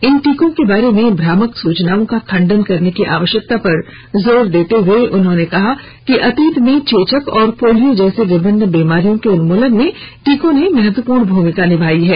इन टीकों के बारे में भ्रामक सूचनाओं का खंडन करने की आवश्यकता पर जोर देते हुए उन्होंने कहा है कि अतीत में चेचक और पोलियो जैसी विभिन्न बीमारियों के उन्मूलन में टीकों ने महत्वपूर्ण भूमिका निभाई है